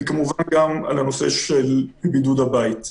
וכמובן גם על הנושא של בידוד הבית.